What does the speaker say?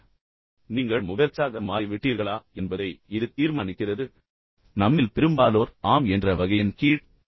நீங்கள் உண்மையிலேயே மொபார்க்ஸ் மாறிவிட்டீர்களா என்பதை இது தீர்மானிக்கிறது மேலும் நம்மில் பெரும்பாலோர் ஆம் என்ற வகையின் கீழ் வந்திருப்போம்